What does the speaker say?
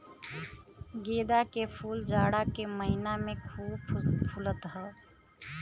गेंदा के फूल जाड़ा के महिना में खूब फुलत हौ